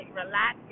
relax